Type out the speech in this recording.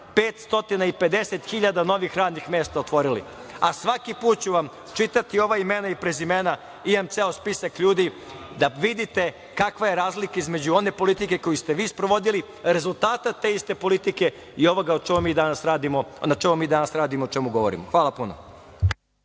550.000 novih radnih mesta otvorili, a svaki put ću vam čitati ova imena i prezimena, imam ceo spisak ljudi, da vidite kakva je razlika između one politike koju ste vi sprovodili, rezultata te iste politike i ovoga na čemu mi danas radimo i o čemu govorimo. Hvala puno.